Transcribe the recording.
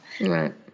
Right